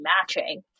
matching